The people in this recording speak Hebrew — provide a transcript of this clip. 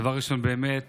דבר ראשון, באמת